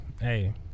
Hey